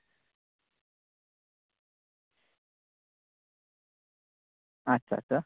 ᱟᱪᱪᱷᱟ ᱟᱪᱪᱷᱟ